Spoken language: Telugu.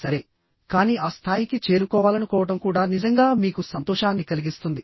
సరే కానీ ఆ స్థాయికి చేరుకోవాలనుకోవడం కూడా నిజంగా మీకు సంతోషాన్ని కలిగిస్తుంది